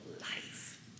life